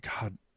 god